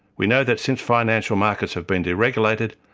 we know that since financial markets have been deregulated,